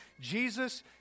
Jesus